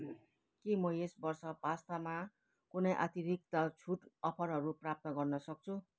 के म यस वर्ष पास्तामा कुनै अतिरिक्त छुट अफरहरू प्राप्त गर्न सक्छु